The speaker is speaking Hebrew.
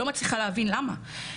אני לא מצליחה להבין למה.